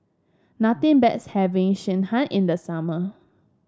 nothing best having Sekihan in the summer